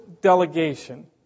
delegation